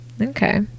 Okay